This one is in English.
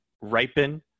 Ripen